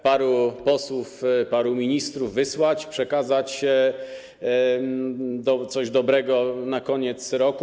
Paru posłów, paru ministrów wysłać, przekazać coś dobrego na koniec roku.